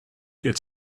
get